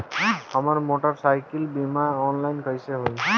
हमार मोटर साईकीलके बीमा ऑनलाइन कैसे होई?